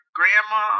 grandma